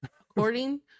according